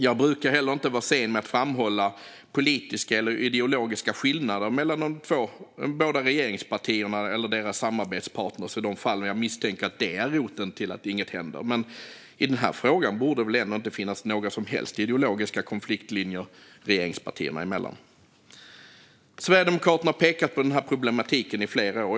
Jag brukar heller inte vara sen med att framhålla politiska eller ideologiska skillnader mellan de båda regeringspartierna eller deras samarbetspartner i de fall jag misstänker att det är roten till att inget händer, men i den här frågan borde det väl ändå inte finnas några ideologiska konfliktlinjer regeringspartierna emellan? Sverigedemokraterna har pekat på problematiken i flera år.